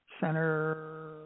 Center